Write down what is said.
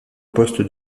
poste